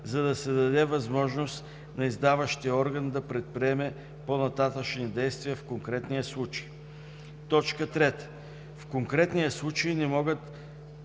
за да се даде възможност на издаващия орган да предприеме по-нататъшни действия в конкретния случай; 3. в конкретния случай не могат